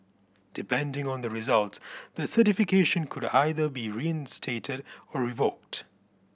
depending on the results the certification could either be reinstated or revoked